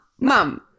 mom